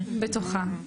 בתוכה.